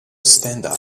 stand